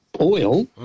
oil